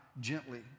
gently